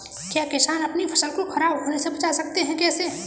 क्या किसान अपनी फसल को खराब होने बचा सकते हैं कैसे?